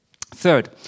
Third